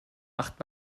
wacht